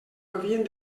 havien